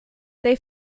they